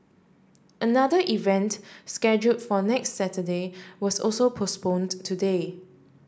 another event schedule for next Saturday was also postponed today